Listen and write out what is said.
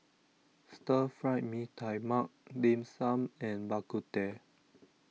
Stir Fry Mee Tai Mak Dim Sum and Bak Kut Teh